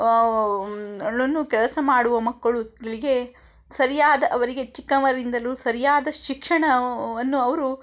ಅಳುನ್ನು ಕೆಲಸ ಮಾಡುವ ಮಕ್ಕಳು ಸ್ಲಿಗೆ ಸರಿಯಾದ ಅವರಿಗೆ ಚಿಕ್ಕವರಿಂದಲೂ ಸರಿಯಾದ ಶಿಕ್ಷಣವನ್ನು ಅವರು